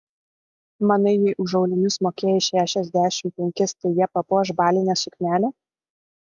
manai jei už aulinius mokėjai šešiasdešimt penkis tai jie papuoš balinę suknelę